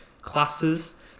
classes